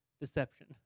deception